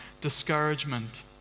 discouragement